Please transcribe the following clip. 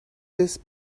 these